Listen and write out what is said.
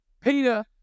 Peter